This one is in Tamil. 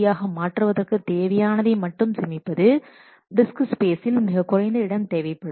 3 மாற்றுவதற்கு தேவையானதை மட்டும் சேமிப்பது டிஸ்கஸ் ஸ்பேஸில் மிக குறைந்த இடம் தேவைப்படும்